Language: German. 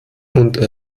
und